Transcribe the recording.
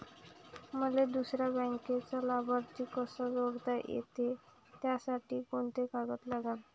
मले दुसऱ्या बँकेचा लाभार्थी कसा जोडता येते, त्यासाठी कोंते कागद लागन?